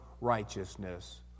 righteousness